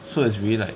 so it's really like